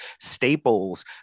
staples